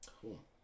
cool